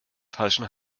falschen